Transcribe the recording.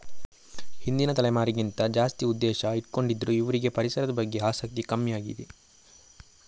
ಹಿಂದಿನ ತಲೆಮಾರಿಗಿಂತ ಜಾಸ್ತಿ ಉದ್ದೇಶ ಇಟ್ಕೊಂಡಿದ್ರು ಇವ್ರಿಗೆ ಪರಿಸರದ ಬಗ್ಗೆ ಆಸಕ್ತಿ ಕಮ್ಮಿ ಆಗಿದೆ